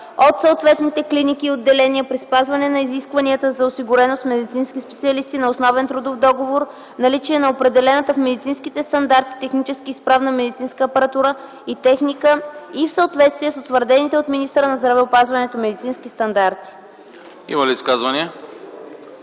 Има ли изказвания?